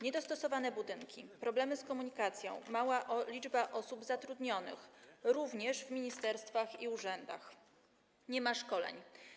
Niedostosowane budynki, problemy z komunikacją, mała liczba osób zatrudnionych, również w ministerstwach i urzędach, brak szkoleń.